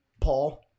Paul